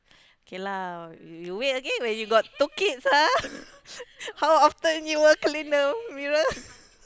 K lah you you wait okay when you got two kids ah how often you will clean the mirror